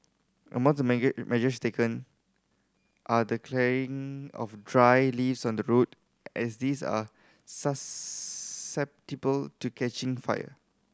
among the measures taken are the clearing of dry leaves on road as these are susceptible to catching fire